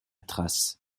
trace